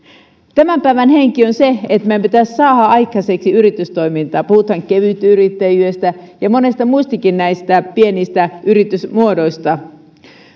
tämän päivän henki on se että meidän pitäisi saada aikaiseksi yritystoimintaa puhutaan kevytyrittäjyydestä ja monista muistakin pienistä yritysmuodoista